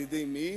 על-ידי מי?